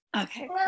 Okay